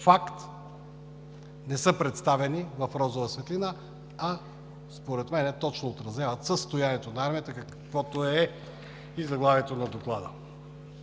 Факт – не са представени в розова светлина, а според мен точно отразяват състоянието на армията, както е и заглавието на Доклада.